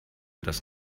das